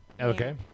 Okay